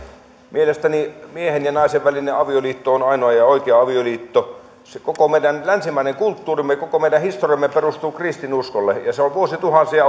mielestäni miehen ja naisen välinen avioliitto on ainoa ja oikea avioliitto koko meidän länsimainen kulttuurimme koko meidän historiamme perustuu kristinuskolle ja se on vuosituhansia